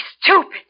stupid